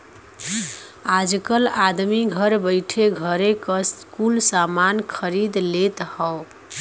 आजकल आदमी घर बइठे घरे क कुल सामान खरीद लेत हौ